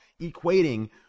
equating